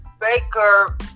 Baker